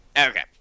Okay